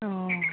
अ